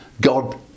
God